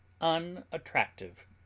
unattractive